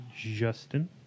Justin